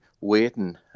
waiting